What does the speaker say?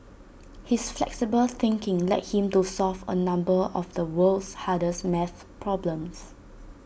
his flexible thinking led him to solve A number of the world's hardest math problems